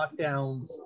lockdowns